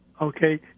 Okay